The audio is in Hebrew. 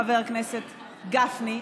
חבר הכנסת גפני,